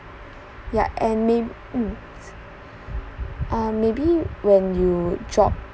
ya and may mm um maybe when you drop